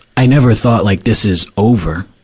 i never thought like this is over.